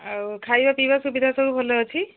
ଆଉ ଖାଇବା ପିଇବା ସୁବିଧା ସବୁ ଭଲ ଅଛି